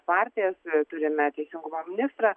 partijas turime teisingumo ministrą